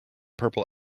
purple